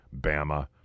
Bama